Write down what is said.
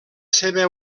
seva